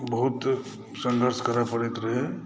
बहुत संघर्ष करय परैत रहय